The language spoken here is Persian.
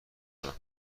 کنم